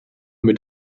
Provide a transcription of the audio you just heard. mit